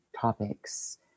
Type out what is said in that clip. topics